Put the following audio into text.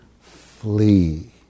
Flee